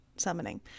summoning